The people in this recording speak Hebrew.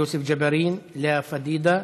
יוסף ג'בארין, לאה פדידה,